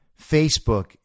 Facebook